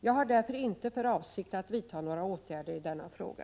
Jag har därför inte för avsikt att vidta några åtgärder i denna fråga.